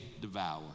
devour